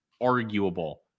arguable